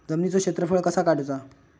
जमिनीचो क्षेत्रफळ कसा काढुचा?